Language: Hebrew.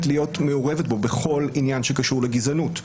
להיות מעורבת בו בכל עניין שקשור לגזענות.